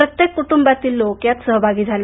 प्रत्येक कुटुंबातील लोक यात सहभागी झाले